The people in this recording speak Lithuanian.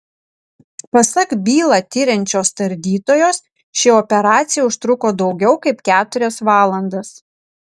pasak bylą tiriančios tardytojos ši operacija užtruko daugiau kaip keturias valandas